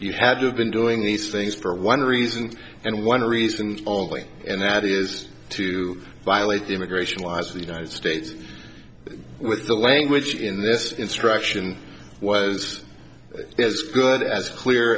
you had to have been doing these things for one reason and one reason only and that is to violate the immigration laws of the united states with the language in this instruction was as good as clear